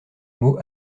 mots